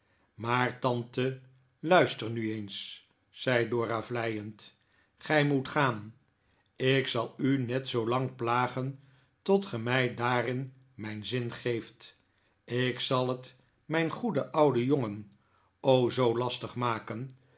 maar tante luister nu eens zei dora vleiend gij moet gaan ik zal u net zoolang plagen tot ge mij daarin mijn zin geeft ik zal het mijn goeden ouden jongen o zoo lastig maken